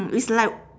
it's like